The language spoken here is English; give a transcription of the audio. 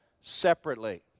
separately